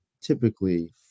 typically